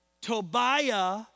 Tobiah